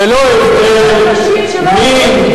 ללא הבדל מין,